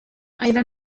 أيضا